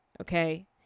okay